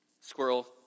Squirrel